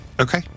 Okay